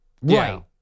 Right